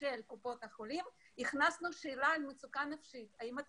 של קופות החולים הכנסנו גם שאלה על מצוקה נפשית: האם אתה